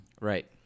Right